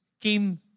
came